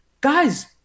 guys